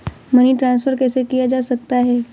Money transfer कैसे किया जा सकता है?